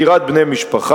הגירת בני משפחה,